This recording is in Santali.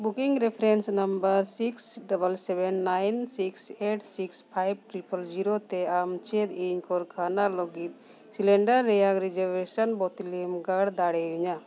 booking reference number six double seven nine six eight six five triple zero ᱛᱮ ᱟᱢ ᱪᱮᱫ ᱤᱧ ᱠᱟᱨᱠᱷᱟᱱᱟ ᱞᱟᱹᱜᱤᱫ ᱥᱤᱞᱤᱱᱰᱟᱨ ᱨᱮᱭᱟᱜ ᱨᱤᱡᱟᱨᱵᱷᱮᱥᱮᱱ ᱵᱟᱹᱛᱤᱞ ᱮᱢ ᱜᱚᱲᱚ ᱫᱟᱲᱮᱭᱤᱧᱟ